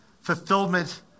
fulfillment